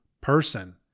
person